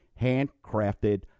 handcrafted